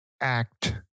act